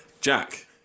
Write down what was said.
jack